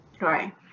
right